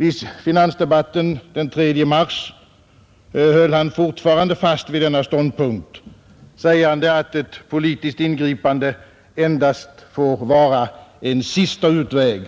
I finansdebatten den 3 mars höll han fortfarande fast vid denna ståndpunkt, sägande att ett politiskt ingripande endast får vara en sista utväg